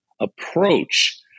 approach